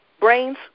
brains